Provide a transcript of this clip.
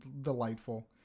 delightful